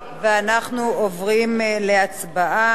אנחנו עוברים להצבעה.